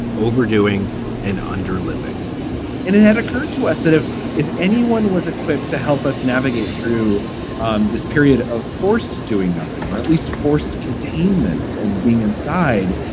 overdoing and under living and it had occurred to us that if if anyone was equipped to help us navigate through um this period of forced doing nothing or at least forced containment and being inside,